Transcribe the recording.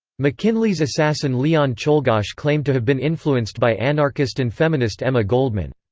mckinley's assassin leon czolgosz claimed to have been influenced by anarchist and feminist emma goldman.